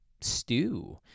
stew